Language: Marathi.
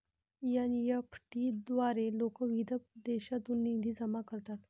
एन.ई.एफ.टी द्वारे लोक विविध देशांतून निधी जमा करतात